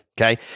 Okay